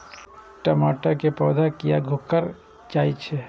टमाटर के पौधा किया घुकर जायछे?